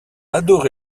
adoré